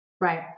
Right